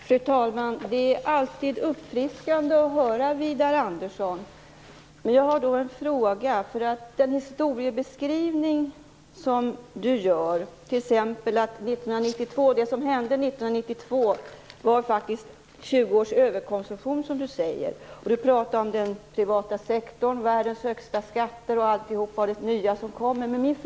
Fru talman! Det är alltid uppfriskande att höra Widar Andersson. Jag har en fråga till honom vad gäller den historieskrivning han gör. Han säger att det som hände 1992 handlade om 20 års överkonsumtion. Han pratar om den privata sektorn, världens högsta skatter, det nya som kommer och annat.